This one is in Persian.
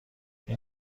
این